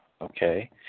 Okay